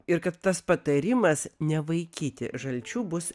ir kad tas patarimas nevaikyti žalčių bus